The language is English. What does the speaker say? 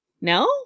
no